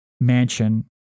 mansion